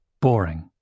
Boring